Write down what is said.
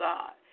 God